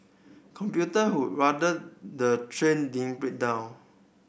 commuter who rather the train didn't break down